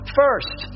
first